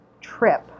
Trip